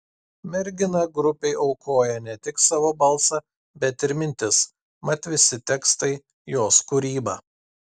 mergina grupei aukoja ne tik savo balsą bet ir mintis mat visi tekstai jos kūryba